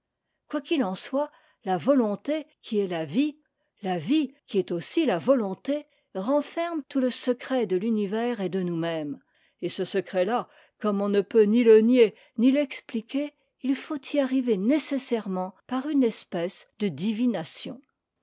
quoi qu'il en soit la volonté qui est la vie la vie qui est aussi la volonté renferment tout le secret de l'univers et de nous-mêmes et ce secret-là comme on ne peut ni le nier ni l'expliquer il faut y arriver nécessairement par une espèce de divination